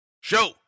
show